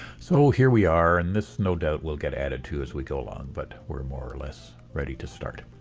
so here we are. and this, no doubt, will get added to as we go along but we're more or less ready to start.